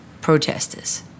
protesters